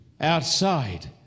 outside